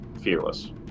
Fearless